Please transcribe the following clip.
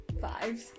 Fives